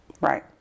Right